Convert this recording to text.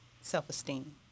self-esteem